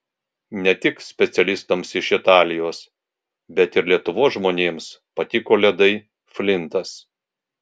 ne tik specialistams iš italijos bet ir lietuvos žmonėms patiko ledai flintas